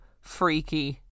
freaky